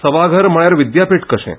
सभाघर म्हळयार विद्यापिठ कशें